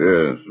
Yes